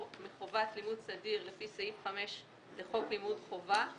מחובת לימוד סדיר לפי סעיף 5 לחוק לימוד חובה,